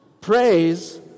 Praise